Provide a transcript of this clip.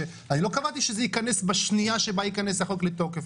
אני לא קבעתי שזה ייכנס בשנייה שבה ייכנס החוק לתוקף.